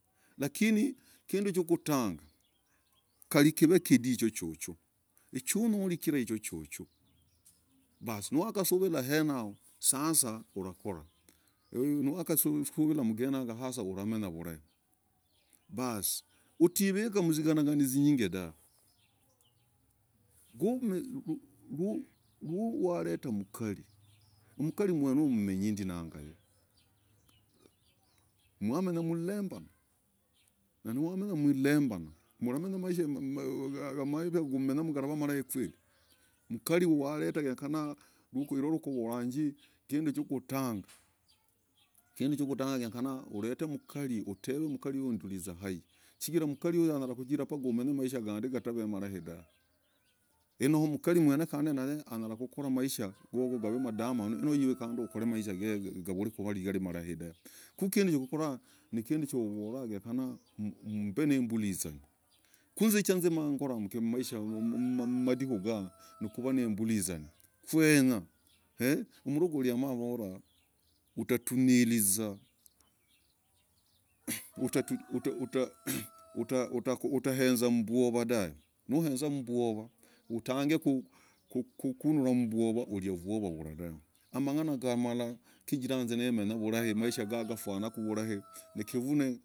Lakini kinduu chokutangah, kali kiv kindii nichochon, nonyolah kirai chichoo basi nowakah suvirah yenayoo sasa umanye kurakorah nowakasuvirah sasa ulamenya, vulai hutaivakah kujing'anangani vunyingi dahv kuu. miiiii nnnn mmmm, waletah mkarii, mkarii mwene huyoo, mmenyindii nagaye mwanenyamwilambanah. namwamenyamwirambanah, namanyaaa, maisha. m nnnn. wwww, ikavah malai kweli mkarii waletegenyekanah. tukavorajii kinduu yakutangah genyekana ulet mkarii uteve mkarii huyu utulii zahaii chigirah mkarii huyu anyalah kujirah umanye mang'ana gaandii utamanyah dahv naivah mkarii mwene huyoo anyalah kukorah. huvolah genyekana mvenambulizaa. kuu, hinz chakorah mkivarah, mmaisha. m mmandikuu gag kweny ee, mlogoli navorah wakatunilizaa uka. uka. uka. utaezaa mvyova dahv. nuezaa mvyova, utange. ku, kululah. kuvyova, ukalizaku vyovayoo dahvee. ku, hamang'ana gaa. kikilah. hinzee. kindi kujirah nimenyah vulai maisha gaa, nikivune.